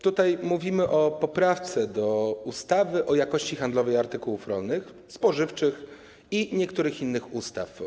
Tutaj mówimy o poprawce do ustawy o jakości handlowej artykułów rolno-spożywczych i niektórych innych ustaw.